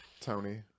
Tony